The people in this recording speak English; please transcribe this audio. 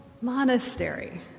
monastery